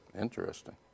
Interesting